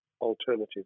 alternative